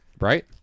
Right